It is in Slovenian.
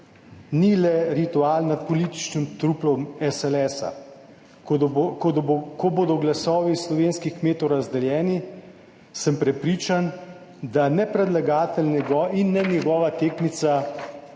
ni le ritual nad političnim truplom SLS, ko bodo glasovi slovenskih kmetov razdeljeni, sem prepričan, da ne predlagatelj in ne njegova tekmica